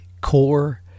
core